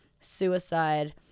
suicide